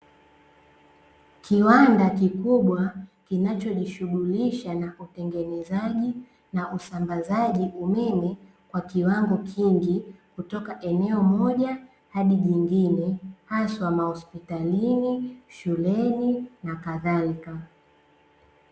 Kiwanda kikubwa kinachojishughulisha na utengenezaji na usambazaji umeme kwa kiwango kingi kutoka eneo moja hadi jingine, haswa mahospitalini, shuleni, na kadhalika.